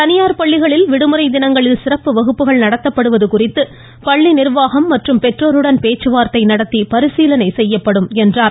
தனியார் பள்ளிகளில் விடுமுறை தினங்களில் சிறப்பு வகுப்புகள் நடத்தப்படுவது குறித்து பள்ளி நிர்வாகம் மற்றும் பெற்றோருடன் பேச்சுவார்த்தை நடத்தி பரிசீலனை செய்யப்படும் என்றார்